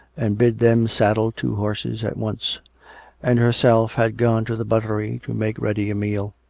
and bid them saddle two horses at once and herself had gone to the buttery to make ready a meal.